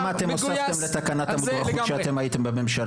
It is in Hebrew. כמה אתם הוספתם לתקנת המודרכות כשאתם הייתם בממשלה?